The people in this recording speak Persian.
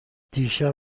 دیشب